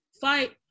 fight